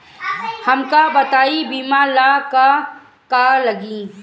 हमका बताई बीमा ला का का लागी?